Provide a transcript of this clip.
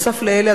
נוסף על אלה,